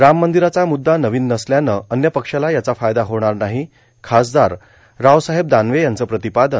राम र्मादराचा मुद्दा नवीन नसल्यान अन्य पक्षाला याचा फायदा होणारां नाहां खासदार रावसाहेब दानवे याचं प्र्रातपादन